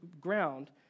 ground